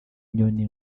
nyoni